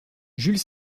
jules